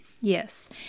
Yes